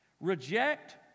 Reject